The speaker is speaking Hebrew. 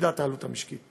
שנדע את העלות המשקית.